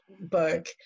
book